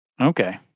Okay